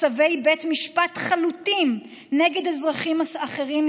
צווי בית משפט חלוטים נגד אזרחים אחרים,